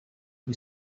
who